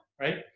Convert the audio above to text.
right